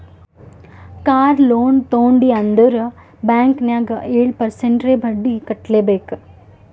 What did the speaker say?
car loan ತೊಂಡಿ ಅಂದುರ್ bank ನಾಗ್ ಏಳ್ ಪರ್ಸೆಂಟ್ರೇ ಬಡ್ಡಿ ಕಟ್ಲೆಬೇಕ್